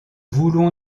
voulons